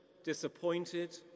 disappointed